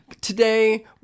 today